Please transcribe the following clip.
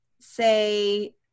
say